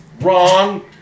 Wrong